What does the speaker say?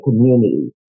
community